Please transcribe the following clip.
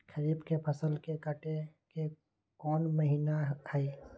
खरीफ के फसल के कटे के कोंन महिना हई?